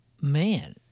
Man